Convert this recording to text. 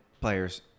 players